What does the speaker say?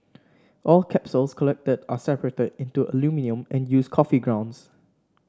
all capsules collected are separated into aluminium and used coffee grounds